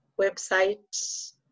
websites